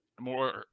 more